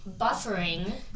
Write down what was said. buffering